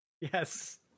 Yes